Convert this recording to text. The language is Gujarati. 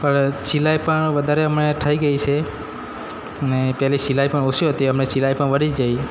પણ સિલાઈ પણ વધારે હમણાં થઈ ગઈ છે અને પહેલે સિલાઈ પણ ઓછી હતી હમણાં સિલાઈ પણ વધી જઈ